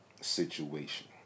situation